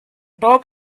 top